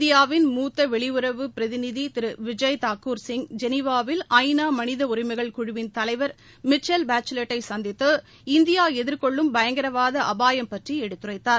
இந்தியாவின் மூத்த வெளியுறவு பிரதிநிதி திரு விஜய்தாக்கூர் சிங் ஜெளிவாவில் ஐநா மனித உரிமைகள் குழுவின் தலைவர் மிச்சல் பாச்சலேட்டை சந்தித்து இந்தியா எதிர்கொள்ளும் பயங்கரவாத அபாயம் பற்றி எடுத்துரைத்தார்